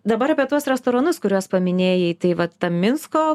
dabar apie tuos restoranus kuriuos paminėjai tai vat tą minsko